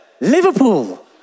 Liverpool